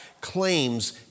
claims